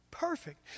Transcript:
perfect